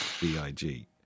B-I-G